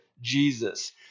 Jesus